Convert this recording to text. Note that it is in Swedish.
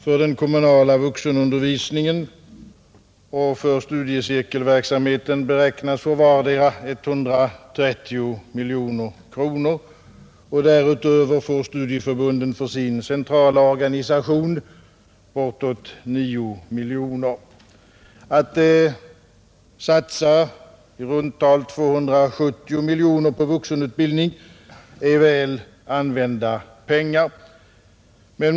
För den kommunala vuxenundervisningen och för studiecirkelverksamheten beräknas för vardera 130 miljoner kronor, och därutöver får studieförbunden för sin centrala organisation bortåt 9 miljoner kronor. Att satsa i runt tal 270 miljoner kronor på vuxenutbildningen är väl använda pengar.